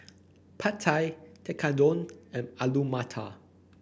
Pad Thai Tekkadon and Alu Matar